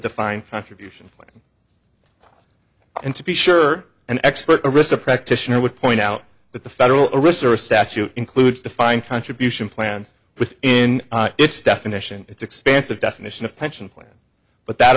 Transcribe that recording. defined contribution and to be sure an expert arista practitioner would point out that the federal reserve statute includes defined contribution plans within its definition its expansive definition of pension plan but that